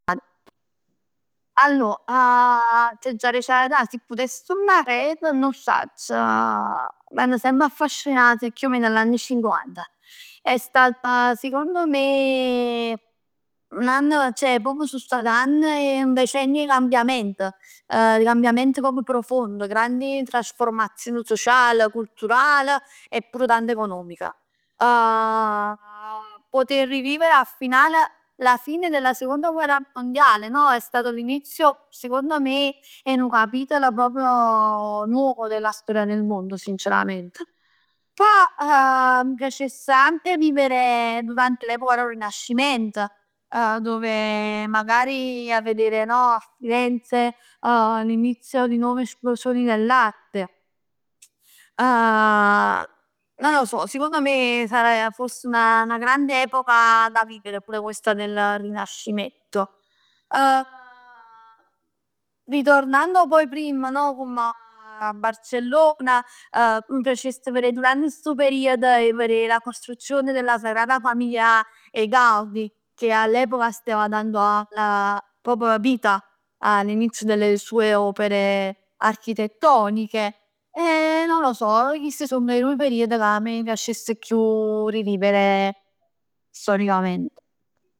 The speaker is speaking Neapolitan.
Allor, t'aggia dicere 'a verità, si putess turnà aret, nun 'o sacc, m'hann semp affascinat chiù o meno l'anni cinquant, è stato sicondo me, n'ann, ceh proprio so stat anni indecenti 'e cambiament. 'E cambiamento proprio profondo, grandi trasformazioni social, cultural e pur tanta economica. Poter rivivere a finale la fine della Seconda Guerra Mondiale no? È stato un inizio secondo me 'e nu capitolo proprio nuovo della sfera del mondo sincerament. Poj m' piacess anche vivere durante l'epoca dò Rinascimento, dove magari a vedere no? Firenze, l'inizio di nuove esplosioni dell'arte. Non lo so, sicondo me, sarebb, foss 'na granda epoca da vivere pure questa del Rinascimento. Ritornando poi prima Barcellona, m' piacess verè durante sto periodo 'e verè la costruzione della Sagrada Familia 'e Gaudi, che all'epoca stev dando proprio vita, all'inizio delle sue opere architettoniche. E non lo so, chest song, è 'o periodo che a me piacess chiù rivivere storicament.